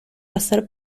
hacer